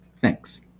Thanks